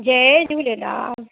Jay Jhulelal